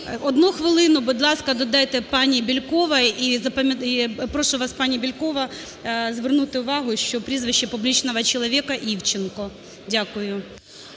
Одну хвилину, будь ласка, додайте пані Бєльковій. І прошу вас, пані Бєлькова, звернути увагу, що прізвище "публичного человека" Івченко. Дякую.